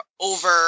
over